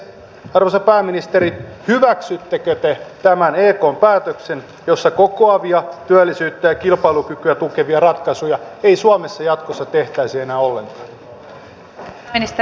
arvoisa pääministeri hyväksyttekö te tämän ekn päätöksen jossa kokoavia työllisyyttä ja kilpailukykyä tukevia ratkaisuja ei suomessa jatkossa tehtäisi enää ollenkaan